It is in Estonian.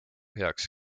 heaks